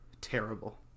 terrible